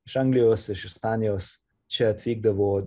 iš anglijos iš ispanijos čia atvykdavo